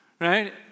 right